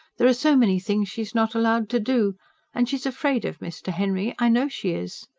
there are so many things she's not allowed to do and she's afraid of mr. henry, i know she is.